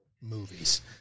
movies